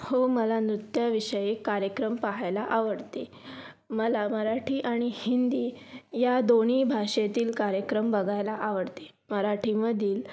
हो मला नृत्याविषयी कार्यक्रम पहायला आवडते मला मराठी आणि हिंदी या दोन्ही भाषेतील कार्यक्रम बघायला आवडते मराठीमधील